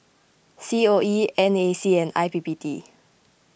C O E N A C and I P P T